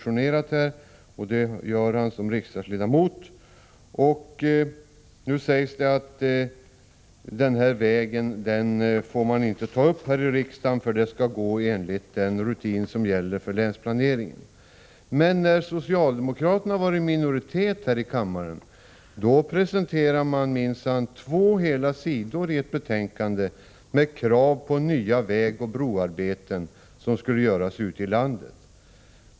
Han har här motionerat som riksdagsledamot. Nu sägs det att den här vägen får man inte ta upp här i riksdagen, för ärendet skall handläggas enligt den rutin som gäller för länsplaneringen. Men när socialdemokraterna var i minoritet här i kammaren presenterade man minsann på två hela sidor i ett betänkande krav på nya vägoch broarbeten, som skulle göras ute i landet.